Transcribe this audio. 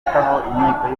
aho